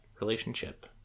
relationship